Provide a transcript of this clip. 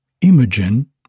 Imogen